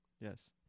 Yes